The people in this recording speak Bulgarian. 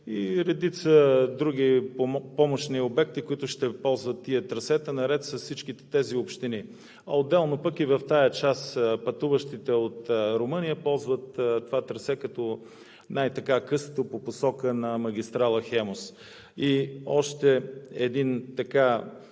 и редица други помощни обекти, които ще ползват тези трасета наред с всичките тези общини. Отделно пък пътуващите от Румъния ползват тази част, това трасе като най-късото по посока на магистрала „Хемус“. И още едно